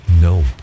No